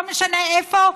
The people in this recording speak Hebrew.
לא משנה איפה,